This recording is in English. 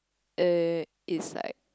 uh it's like